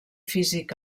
físic